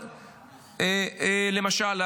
למשל,